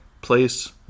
place